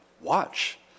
Watch